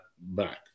back